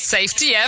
Safety